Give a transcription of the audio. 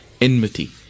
enmity